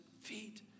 feet